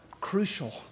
crucial